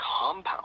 compound